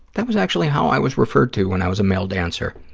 that was actually how i was referred to when i was a male dancer,